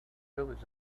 village